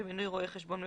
במינוי רואה חשבון מבקר,